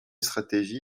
stratégie